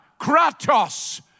kratos